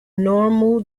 normal